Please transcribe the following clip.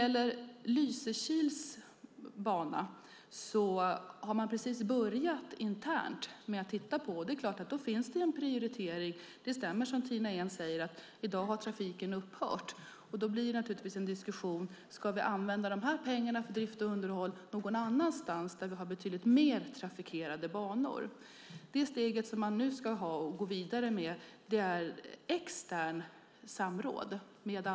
Lysekils bana har man precis börjat titta på internt. Det är klart att det då finns en prioritering. Det stämmer som Tina Ehn säger att trafiken i dag har upphört. Då blir det naturligtvis en diskussion om vi ska använda pengarna för drift och underhåll någon annanstans där vi har betydligt mer trafikerade banor. Det steg som man nu ska gå vidare med är externt samråd.